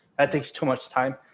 that takes too much time,